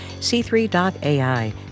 C3.AI